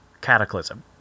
Cataclysm